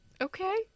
Okay